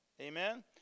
Amen